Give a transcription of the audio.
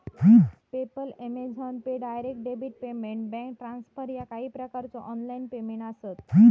PayPal, Amazon pay, direct debit payment, bank transfer ह्या काही प्रकारचो ऑनलाइन पेमेंट आसत